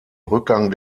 rückgang